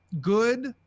good